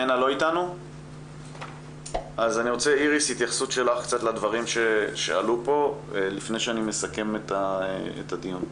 אני רוצה התייחסות שלך לדברים שעלו פה לפני שאני מסכם את הדיון.